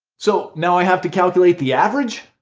so now i have to calculate the average?